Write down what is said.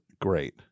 great